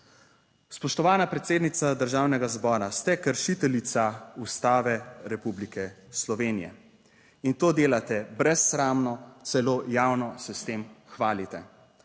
Spoštovana predsednica Državnega zbora, ste kršiteljica Ustave Republike Slovenije in to delate brezsramno, celo javno se s tem hvalite.